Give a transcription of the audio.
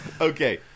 Okay